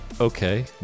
Okay